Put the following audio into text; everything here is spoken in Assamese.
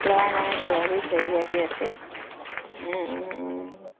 ল'ৰা নাই ছোৱালী চাৰিগৰাকী আছে